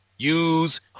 Use